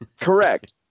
Correct